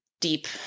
deep